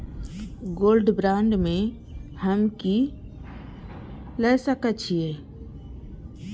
Gold bond में हम की ल सकै छियै?